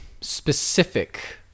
specific